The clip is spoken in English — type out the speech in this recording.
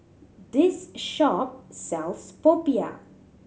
this shop sells popiah